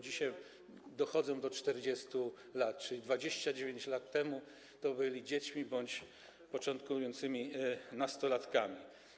Dzisiaj dochodzą do 40 lat, czyli 29 lat temu byli dziećmi bądź początkującymi nastolatkami.